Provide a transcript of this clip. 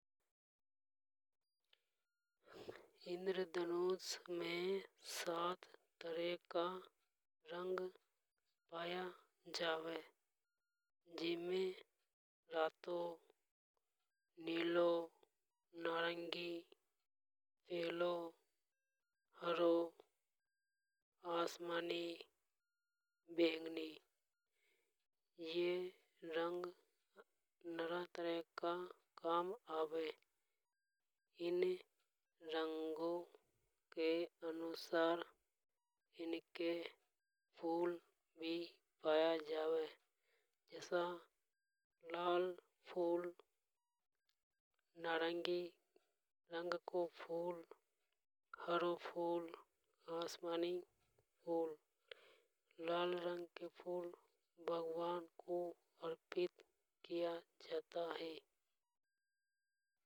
इंद्र धनुष में सात तरह का रंग पाया जावे। जीमे रातों नीलों नारंगी हरो आसमानी बैंगनी ये रंग नरा तरह का काम आवे। इन रंगों के अनुसार फूल भी पाया जावे। जसा लाल फूल नारंगी रंग को फूल हरो फूल आसमानी रंग को फूल लाल रंग को फूल भगवान को अर्पित किया जाता हे।